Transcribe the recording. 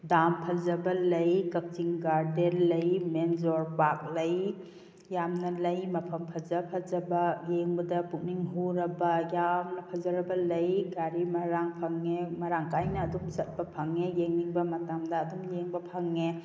dam ꯐꯖꯕ ꯂꯩ ꯀꯛꯆꯤꯡ ꯒꯥꯔꯗꯦꯟ ꯂꯩ ꯃꯦꯟꯖꯣꯔ ꯄꯥꯔꯛ ꯂꯩ ꯌꯥꯝꯅ ꯂꯩ ꯃꯐꯝ ꯐꯖ ꯐꯖꯕ ꯌꯦꯡꯕꯗ ꯄꯨꯛꯅꯤꯡ ꯍꯨꯔꯕ ꯌꯥꯝꯅ ꯐꯖꯔꯕ ꯂꯩ ꯒꯥꯔꯤ ꯃꯔꯥꯡ ꯐꯪꯉꯦ ꯃꯔꯥꯡ ꯀꯥꯏꯅ ꯑꯗꯨꯝ ꯆꯠꯄ ꯐꯪꯉꯦ ꯌꯦꯡꯅꯤꯡꯕ ꯃꯇꯝꯗ ꯑꯗꯨꯝ ꯌꯦꯡꯕ ꯐꯪꯉꯦ